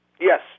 Yes